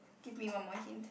give me one more hint